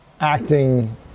acting